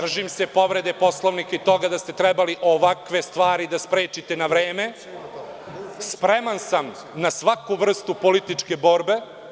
držim se povrede Poslovnika i toga da ste trebali ovakve stvari da sprečite na vreme, spreman sam na svaku vrstu političke borbe.